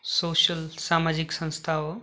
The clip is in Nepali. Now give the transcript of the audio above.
सोसियल सामाजिक संस्था हो